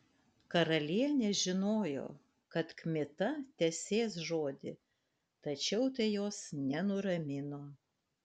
karalienė žinojo kad kmita tesės žodį tačiau tai jos nenuramino